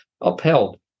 upheld